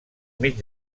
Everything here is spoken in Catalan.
mig